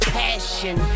passion